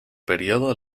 periodo